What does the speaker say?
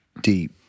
deep